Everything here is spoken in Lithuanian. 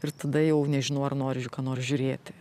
ir tada jau nežinau ar nori ką nors žiūrėti